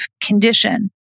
condition